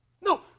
No